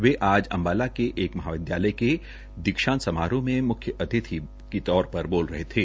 वे आज अम्बाला के एक महाविद्यालय के दीक्षांत समारोह में बतौर म्ख्य अतिथि बोल रहे थे